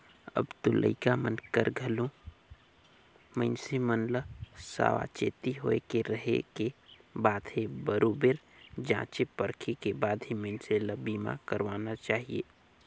अब तो लइका मन हर घलो मइनसे मन ल सावाचेती होय के रहें के बात हे बरोबर जॉचे परखे के बाद ही मइनसे ल बीमा करवाना चाहिये